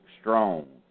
strong